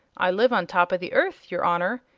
i live on top of the earth, your honor,